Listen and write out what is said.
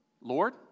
Lord